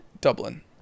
Dublin